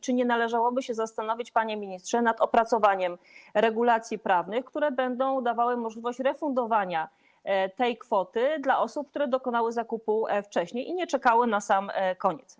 Czy nie należałoby się zastanowić, panie ministrze, nad opracowaniem regulacji prawnych, które będą dawały możliwość refundowania tej kwoty dla osób, które dokonały zakupu wcześniej i nie czekały na sam koniec?